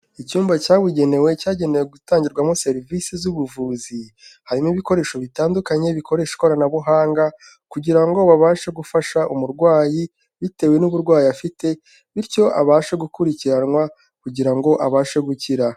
Icyumba cyabugenewe cyagenewe gutangirwamo serivisi z'ubuvuzi, harimo ibikoresho bitandukanye bikoresha ikoranabuhanga, kugira ngo babashe gufasha umurwayi bitewe n'uburwayi afite, bityo abashe gukurikiranwa kugira ngo abashe gukira.